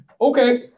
Okay